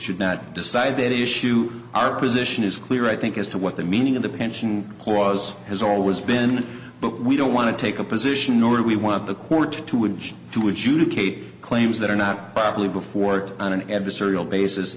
should not decide that issue our position is clear i think as to what the meaning of the pension clause has always been but we don't want to take a position nor do we want the court to would to adjudicate claims that are not really before an adversarial basis